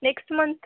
next month